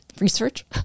research